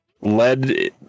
led